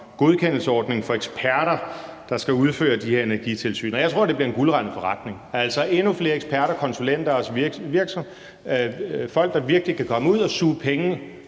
godkendelsesordning for eksperter, der skal udføre de her energisyn. Og jeg tror, det bliver en guldrandet forretning, altså endnu flere eksperter, konsulenter og folk, der virkelig kan komme ud og suge penge